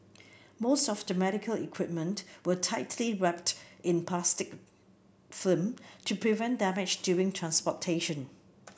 most of the medical equipment were tightly wrapped in plastic film to prevent damage during transportation